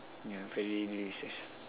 yeah very delicious